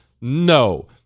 No